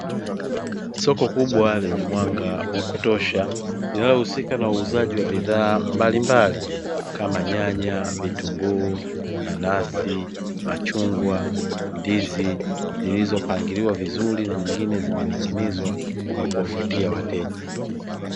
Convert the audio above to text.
Soko kubwa lenye mwanga wa kutosha linalo husika na uuzaji wa bidhaa mbalimbali kama nyanya, vitunguu, nanasi, machungwa ndizi zilizopangiliwa vizuri na nyingine zimening'inizwa kwa kuvutia wateja.